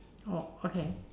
oh okay